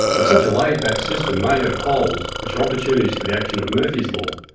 but such a laid-back system may have holes which are opportunities for the action of murphy's law,